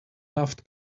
aft